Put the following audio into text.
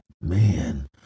Man